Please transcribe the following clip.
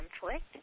conflict